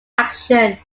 action